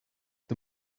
the